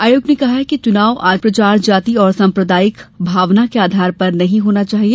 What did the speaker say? आयोग ने कहा है कि चुनाव प्रचार जाति और सांप्रदायिक भावना के आधार पर नहीं होना चाहिए